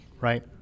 Right